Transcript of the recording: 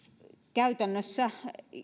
käytännössä